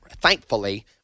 thankfully